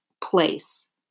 place